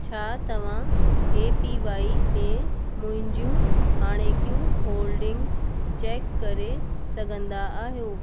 छा तव्हां A P Y में मुंहिंजूं हाणेकियूं होल्डिंग्स चेक करे सघंदा आहियो